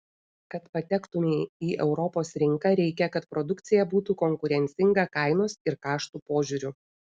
kad patektumei į europos rinką reikia kad produkcija būtų konkurencinga kainos ir kaštų požiūriu